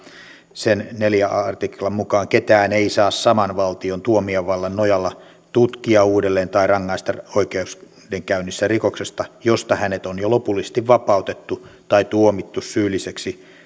sen neljännen artiklan mukaan ketään ei saa saman valtion tuomiovallan nojalla tutkia uudelleen tai rangaista oikeudenkäynnissä rikoksesta josta hänet on jo lopullisesti vapautettu tai tuomittu syylliseksi